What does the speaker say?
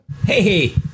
Hey